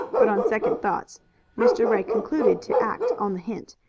but on second thoughts mr. ray concluded to act on the hint,